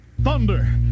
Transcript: Thunder